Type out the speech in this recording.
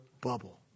bubble